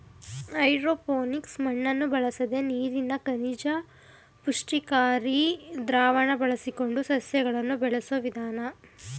hydroponics ಮಣ್ಣನ್ನು ಬಳಸದೆ ನೀರಲ್ಲಿ ಖನಿಜ ಪುಷ್ಟಿಕಾರಿ ದ್ರಾವಣ ಬಳಸಿಕೊಂಡು ಸಸ್ಯಗಳನ್ನು ಬೆಳೆಸೋ ವಿಧಾನ